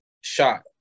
shot